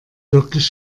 wirklich